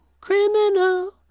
criminal